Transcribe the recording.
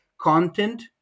content